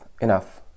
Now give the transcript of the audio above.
Enough